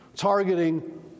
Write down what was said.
targeting